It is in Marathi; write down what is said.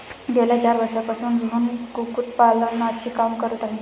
गेल्या चार वर्षांपासून रोहन कुक्कुटपालनाचे काम करत आहे